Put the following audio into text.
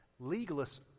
Legalists